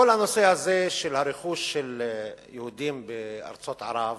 כל הנושא הזה של רכוש היהודים בארצות ערב,